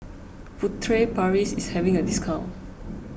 Furtere Paris is having a discount